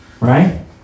Right